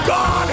God